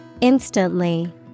Instantly